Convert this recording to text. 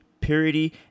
purity